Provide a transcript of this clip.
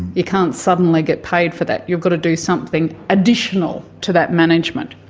you can't suddenly get paid for that, you've got to do something additional to that management.